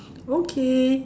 okay